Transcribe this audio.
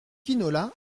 quinola